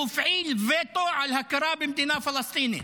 הוא הפעיל וטו על הכרה במדינה פלסטינית,